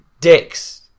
dicks